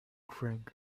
drink